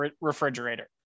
refrigerator